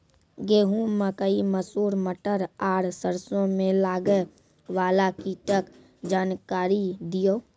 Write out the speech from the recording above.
गेहूँ, मकई, मसूर, मटर आर सरसों मे लागै वाला कीटक जानकरी दियो?